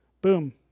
boom